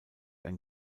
ein